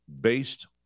based